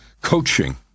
coaching